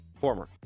Former